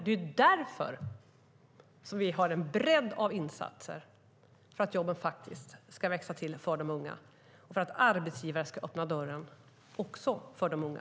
Det är därför som vi har en bredd av insatser, för att jobben faktiskt ska växa till för de unga och för att arbetsgivare ska öppna dörren för de unga.